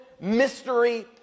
mystery